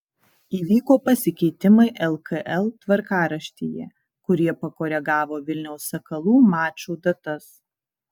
įvyko pasikeitimai lkl tvarkaraštyje kurie pakoregavo vilniaus sakalų mačų datas